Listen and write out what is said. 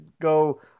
go